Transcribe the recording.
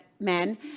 Men